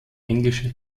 englische